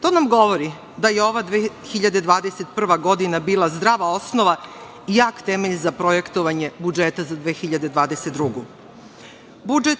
To nam govori da je ova 2021. godina bila zdrava osnova i jak temelj za projektovanje budžeta za 2022. godinu. Budžet